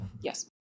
Yes